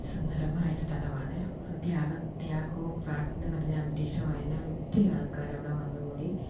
അതിസുന്ദരമായ സ്ഥലമാണ് ത്യാഗ ത്യാഗവും പ്രാർത്ഥന നിറഞ്ഞ അന്തരീക്ഷമായതിനാൽ ഒത്തിരി ആൾക്കാരവിടെ വന്ന് കൂടി